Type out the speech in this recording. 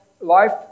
life